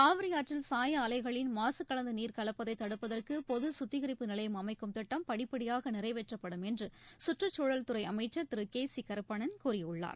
காவிரிஆற்றில் சாயஆலைகளின் மாசுகலந்தநீர் கலப்பதைதடுப்பதற்குபொதுசுத்திகரிப்பு நிலையம் அமைக்கும் திட்டம் படிப்படியாகநிறைவேற்றப்படும் என்றுகற்றுச்சூழல் துறைஅமைச்சர் திருகேசிகருப்பணன் கூறியுள்ளார்